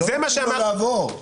מה השלבים?